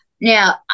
now